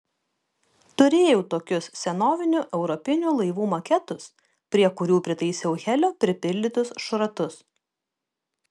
turėjau tokius senovinių europinių laivų maketus prie kurių pritaisiau helio pripildytus šratus